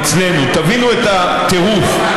אצלנו: תבינו את הטירוף,